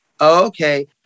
okay